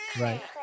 right